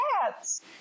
cats